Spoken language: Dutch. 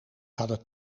hadden